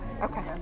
Okay